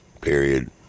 period